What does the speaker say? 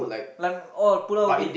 like oh Pulau Ubin